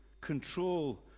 control